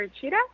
cheetah